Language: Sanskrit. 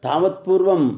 तावत् पूर्वं